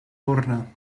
lorna